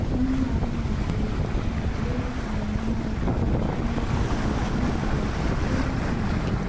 हम हमारी नौकरी या करियर के संबंध में मैं ऐसा भविष्य में सोच रही हूँ कि जैसा पहले के समय में